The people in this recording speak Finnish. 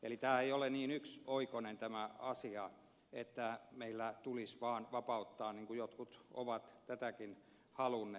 eli tämä ei ole niin yksioikoinen asia että meillä tämä toiminta tulisi vain vapauttaa niin kuin jotkut ovat tätäkin halunneet